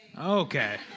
Okay